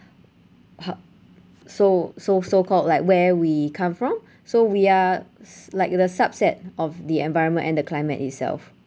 ho~ so so so called like where we come from so we are s~ like the subset of the environment and the climate itself